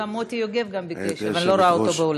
מוטי יוגב גם ביקש, אבל אני לא רואה אותו באולם.